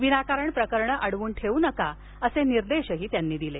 विनाकारण प्रकरणे अडवून ठेवू नका असे निर्देशही त्यांनी दिले